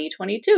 2022